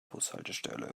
bushaltestelle